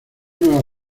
nueva